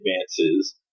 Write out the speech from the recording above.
advances